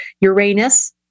Uranus